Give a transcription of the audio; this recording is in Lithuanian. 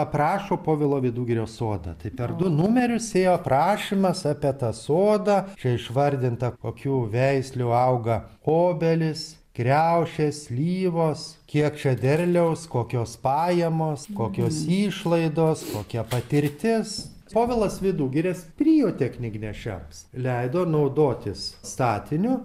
aprašo povilo vidugirio sodą tai per du numerius ėjo prašymas apie tą sodą čia išvardinta kokių veislių auga obelys kriaušės slyvos kiek čia derliaus kokios pajamos kokios išlaidos kokia patirtis povilas vidugiris prijautė knygnešiams leido naudotis statiniu